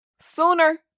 sooner